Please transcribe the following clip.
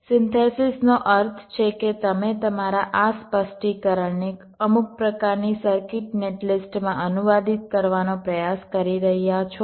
સિન્થેસિસનો અર્થ છે કે તમે તમારા આ સ્પષ્ટીકરણને અમુક પ્રકારની સર્કિટ નેટ લિસ્ટમાં અનુવાદિત કરવાનો પ્રયાસ કરી રહ્યાં છો